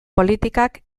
politikak